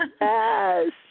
Yes